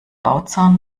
bauzaun